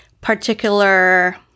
particular